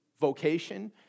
vocation